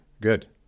Good